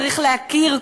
צריך להכיר,